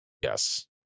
yes